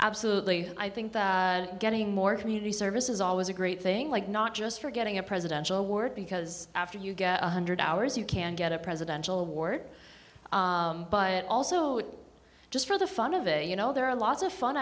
absolutely i think that getting more community service is always a great thing like not just for getting a presidential word because after you get one hundred hours you can get a presidential award but also just for the fun of a you know there are lots of fun